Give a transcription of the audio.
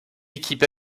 équipe